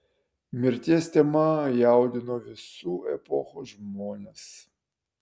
mirties tema jaudino visų epochų žmones